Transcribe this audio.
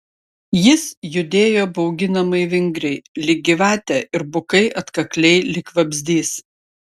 jis judėjo bauginamai vingriai lyg gyvatė ir bukai atkakliai lyg vabzdys